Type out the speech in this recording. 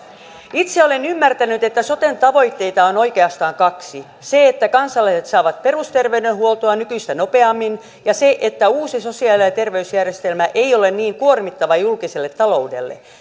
itse olen ymmärtänyt että soten tavoitteita on oikeastaan kaksi se että kansalaiset saavat perusterveydenhuoltoa nykyistä nopeammin ja se että uusi sosiaali ja ja terveysjärjestelmä ei ole niin kuormittava julkiselle taloudelle